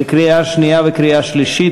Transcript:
לקריאה שנייה וקריאה שלישית.